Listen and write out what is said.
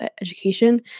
education